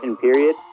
period